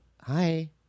hi